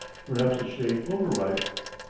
perhaps a shade overripe,